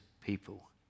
people